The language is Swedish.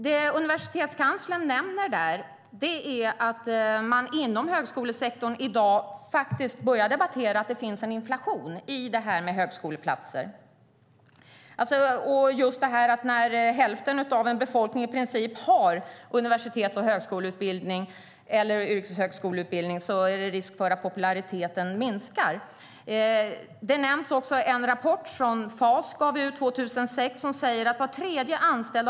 Det universitetskanslern nämner där är att man inom högskolesektorn i dag börjar debattera att det finns en inflation i högskoleplatser, och just detta att när hälften av en befolkning i princip har universitets och högskoleutbildning eller yrkeshögskoleutbildning är risken att populariteten minskar. Där nämns också en rapport som FAS gav ut 2006 som säger att "var tredje anställd .